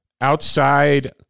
Outside